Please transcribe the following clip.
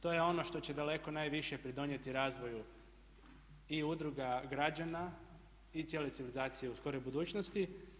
To je ono što će daleko najviše pridonijeti razvoju i udruga građana i cijele civilizacije u skorijoj budućnosti.